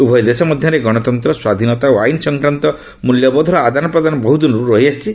ଉଭୟ ଦେଶ ମଧ୍ୟରେ ଗଣତନ୍ତ୍ର ସ୍ୱାଧୀନତା ଓ ଆଇନ ସଂକ୍ରାନ୍ତ ମୂଲ୍ୟବୋଧର ଆଦାନ ପ୍ରଦାନ ବହୁଦିନରୁ ରହିଆସିଛି